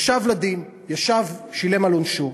ישב בדין, שילם את עונשו.